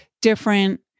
different